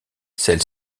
celle